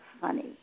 funny